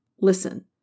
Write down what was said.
listen